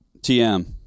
TM